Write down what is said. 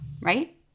right